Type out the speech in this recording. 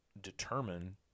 determine